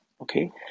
okay